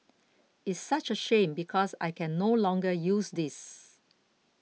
it's such a shame because I can no longer use this